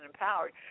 empowered